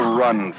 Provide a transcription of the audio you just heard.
run